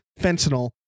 fentanyl